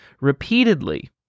repeatedly